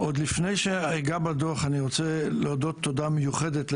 עוד לפני שאגע בדוח אני רוצה להודות תודה מיוחדת לפרופ'